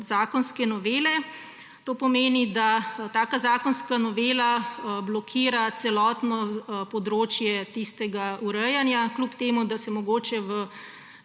zakonske novele – to pomeni, da takšna zakonska novela blokira celotno področje tistega urejanja. Kljub temu da se mogoče v